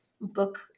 book